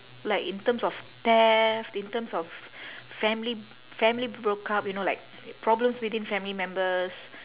like in terms of theft in terms of family family broke up you know like problems within family members